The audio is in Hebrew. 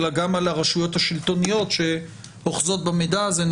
אלא גם על הרשויות השלטוניות שאוחזות במידע הזה.